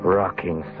rocking